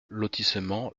lotissement